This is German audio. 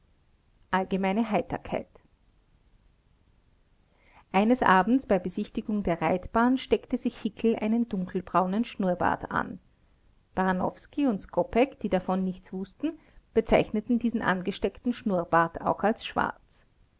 eines abends bei besichtigung der reitbahn steckte sich hickel einen dunkelbraunen schnurrbart an baranowski und skopeck die davon nichts wußten bezeichneten diesen angesteckten schnurrbart auch als schwarz